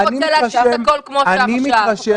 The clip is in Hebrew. אתה רוצה להמשיך את הכול כפי שהיה עד עכשיו.